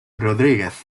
rodríguez